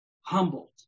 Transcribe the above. humbled